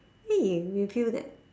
!hey! you will feel that